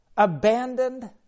abandoned